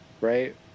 right